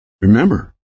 Remember